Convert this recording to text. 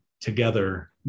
together